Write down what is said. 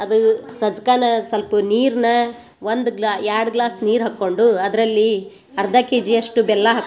ಅದು ಸಜ್ಕಾನ ಸಲ್ಪ ನೀರನ್ನ ಒಂದು ಗ್ಲಾ ಎರಡು ಗ್ಲಾಸ್ ನೀರು ಹಾಕ್ಕೊಂಡು ಅದರಲ್ಲಿ ಅರ್ಧ ಕೆಜಿಯಷ್ಟು ಬೆಲ್ಲ ಹಾಕಿ